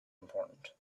important